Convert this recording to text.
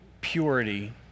purity